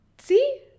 see